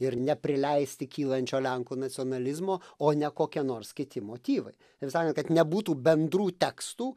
ir neprileisti kylančio lenkų nacionalizmo o ne kokie nors kiti motyvai taip sakant kad nebūtų bendrų tekstų